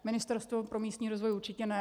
Ministerstvo pro místní rozvoj určitě ne.